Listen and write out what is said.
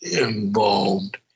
involved